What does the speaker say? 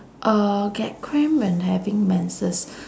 uh get cramp when having menses